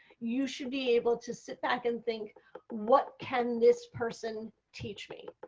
you should be able to sit back and think what can this person teach me?